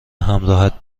همراهت